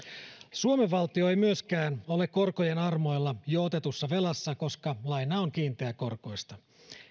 suomen valtio ei myöskään ole korkojen armoilla jo otetussa velassa koska laina on kiinteäkorkoista